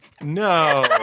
No